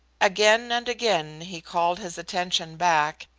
again and again he called his attention back,